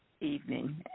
evening